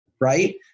right